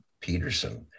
Peterson